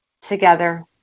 Together